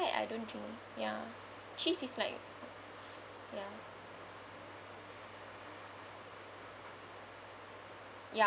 that's why I don't drink ya cheese is like ya ya